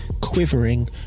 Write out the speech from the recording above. quivering